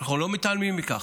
אנחנו לא מתעלמים מכך,